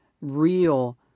real